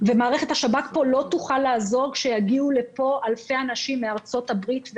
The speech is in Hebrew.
ואז מערכת השב"כ לא תוכל לעזור כשיגיעו לפה אלפי אנשים מארצות הברית,